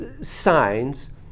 signs